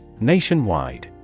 Nationwide